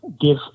give